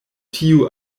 tiu